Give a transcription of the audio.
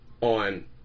on